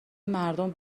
مردم